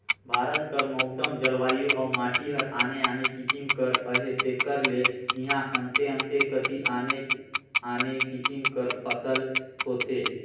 भारत कर मउसम, जलवायु अउ माटी हर आने आने किसिम कर अहे तेकर ले इहां अन्ते अन्ते कती आनेच आने किसिम कर फसिल होथे